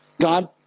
God